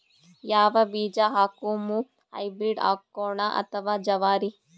ಯಾವ ಬೀಜ ಹಾಕುಮ, ಹೈಬ್ರಿಡ್ ಹಾಕೋಣ ಅಥವಾ ಜವಾರಿ?